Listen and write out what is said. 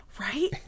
right